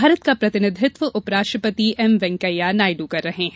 भारत का प्रतिनिधित्व उप राष्ट्रपति एम वैंकैया नायडु कर रहे हैं